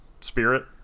spirit